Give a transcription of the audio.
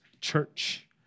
church